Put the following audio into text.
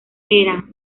eran